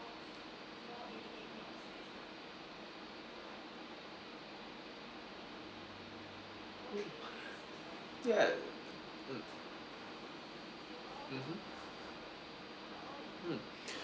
yea um um